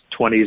20s